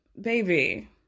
baby